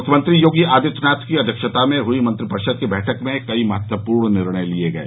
मुख्यमंत्री योगी आदित्यनाथ की अध्यक्षता में हुई मंत्रिपरिषद की बैठक में कई महत्वपूर्ण निर्णय लिये गये